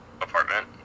apartment